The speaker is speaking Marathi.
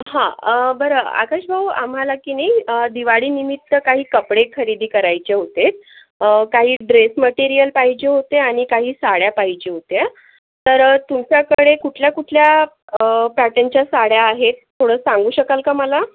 हं बरं आकाशभाऊ आम्हाला की नाही दिवाळीनिमित्त काही कपडे खरेदी करायचे होते काही ड्रेस मटेरियल पाहिजे होते आणि काही साड्या पाहिजे होत्या तर तुमच्याकडे कुठल्या कुठल्या पॅटर्नच्या साड्या आहेत थोडं सांगू शकाल का मला